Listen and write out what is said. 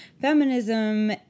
feminism